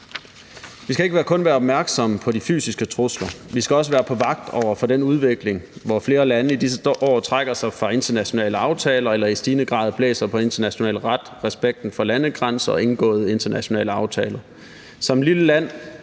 Vi skal ikke kun være opmærksomme på de fysiske trusler; vi skal også være på vagt over for den udvikling, hvor flere lande i disse år trækker sig fra internationale aftaler eller i stigende grad blæser på international ret, respekten for landegrænser og indgåede internationale aftaler. Som et lille land